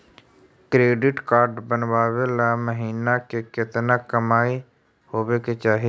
Credit card बनबाबे ल महीना के केतना कमाइ होबे के चाही?